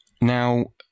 Now